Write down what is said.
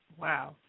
Wow